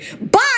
Bye